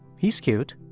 he's cute.